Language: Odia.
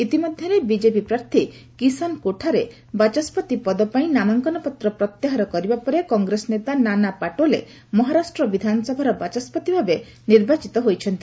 ଇତିମଧ୍ୟରେ ବିଜେପି ପ୍ରାର୍ଥୀ କିଷାନ କାଠୋରେ ବାଚସ୍କତି ପଦ ପାଇଁ ନାମାଙ୍କନପତ୍ର ପ୍ରତ୍ୟାହାର କରିବା ପରେ କଂଗ୍ରେସ ନେତା ନାନା ପାଟୋଲେ ମହାରାଷ୍ଟ୍ର ବିଧାନସଭାର ବାଚସ୍କତି ଭାବେ ନିର୍ବାଚିତ ହୋଇଛନ୍ତି